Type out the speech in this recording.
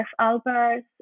Albers